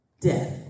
death